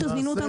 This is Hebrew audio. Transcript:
להיפך.